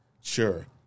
sure